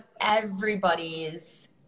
everybody's